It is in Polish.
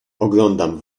oglądam